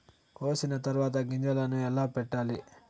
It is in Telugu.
కోసిన తర్వాత గింజలను ఎలా పెట్టాలి